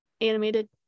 animated